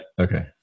Okay